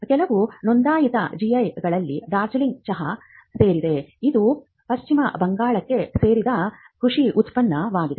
ಕೆಲವು ನೋಂದಾಯಿತ ಜಿಐಗಳಲ್ಲಿ ಡಾರ್ಜಿಲಿಂಗ್ ಚಹಾ ಸೇರಿದೆ ಇದು ಪಶ್ಚಿಮ ಬಂಗಾಳಕ್ಕೆ ಸೇರಿದ ಕೃಷಿ ಉತ್ಪನ್ನವಾಗಿದೆ